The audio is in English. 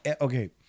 Okay